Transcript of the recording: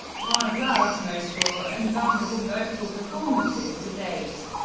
one of love's most raw and vulnerable vocal performances to date.